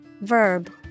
Verb